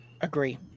Agree